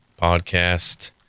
podcast